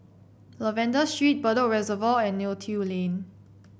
Lavender Street Bedok Reservoir and Neo Tiew Lane